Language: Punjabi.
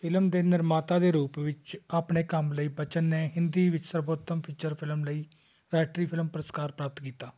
ਫਿਲਮ ਦੇ ਨਿਰਮਾਤਾ ਦੇ ਰੂਪ ਵਿੱਚ ਆਪਣੇ ਕੰਮ ਲਈ ਬੱਚਨ ਨੇ ਹਿੰਦੀ ਵਿੱਚ ਸਰਬੋਤਮ ਫੀਚਰ ਫਿਲਮ ਲਈ ਰਾਸ਼ਟਰੀ ਫਿਲਮ ਪੁਰਸਕਾਰ ਪ੍ਰਾਪਤ ਕੀਤਾ